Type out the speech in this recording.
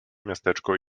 miasteczko